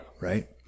right